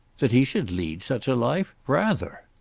that he should lead such a life? rather!